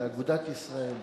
מאגודת ישראל,